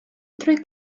drwy